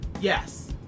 Yes